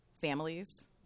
families